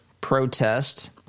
protest